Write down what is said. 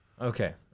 Okay